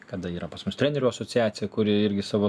kada yra pas mus trenerių asociacija kuri irgi savo